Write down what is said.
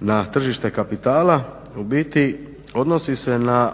na tržište kapitala u biti odnosi se na